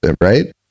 right